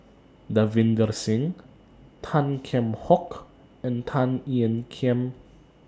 Davinder Singh Tan Kheam Hock and Tan Ean Kiam